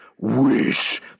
Wish